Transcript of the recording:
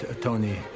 Tony